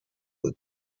would